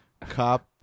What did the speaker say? cop